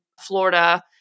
Florida